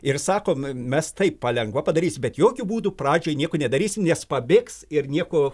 ir sakom mes taip palengva padarysiu bet jokiu būdu pradžiai nieko nedarys nes pabėgs ir nieko